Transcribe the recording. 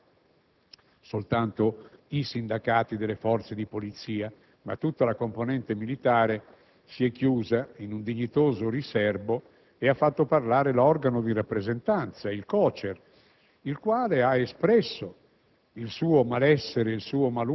Ora, questa finanziaria ha scontentato tutti e, naturalmente, anche la componente degli operatori della difesa e della sicurezza, i quali, molto rispettosi delle norme e delle leggi, non hanno dimostrato in piazza: